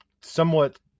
somewhat